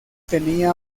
tenía